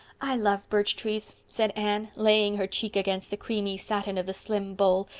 i love birch trees, said anne, laying her cheek against the creamy satin of the slim bole,